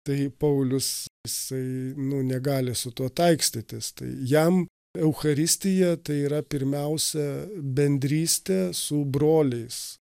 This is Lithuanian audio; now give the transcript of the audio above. tai paulius jisai nu negali su tuo taikstytis tai jam eucharistija tai yra pirmiausia bendrystė su broliais